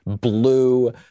blue